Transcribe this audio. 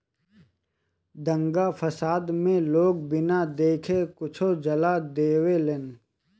दंगा फसाद मे लोग बिना देखे कुछो जला देवेलन